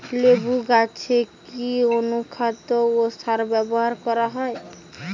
লেবু গাছে কি অনুখাদ্য ও সার ব্যবহার করা হয়?